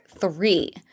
three